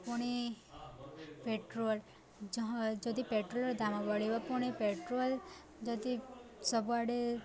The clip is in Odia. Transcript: ପୁଣି ପେଟ୍ରୋଲ୍ ଯ ଯଦି ପେଟ୍ରୋଲ୍ର ଦାମ ବଡ଼ିବ ପୁଣି ପେଟ୍ରୋଲ୍ ଯଦି ସବୁଆଡ଼େ